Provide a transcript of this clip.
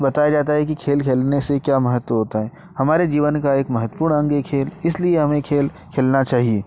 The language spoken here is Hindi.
बताया जाता है कि खेल खेलने से क्या महत्व होता है हमारे जीवन का एक महत्वपूर्ण अंग है खेल इसलिए हमें खेल खेलना चाहिए